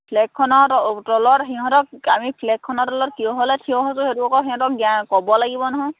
ফ্লেগখনৰ তলত সিহঁতক আমি ফ্লেগখনৰ তলত কিহ'লে থিয় হৈছো সেইটো আকৌ সিহঁতক ক'ব লাগিব নহয়